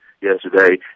yesterday